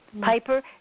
Piper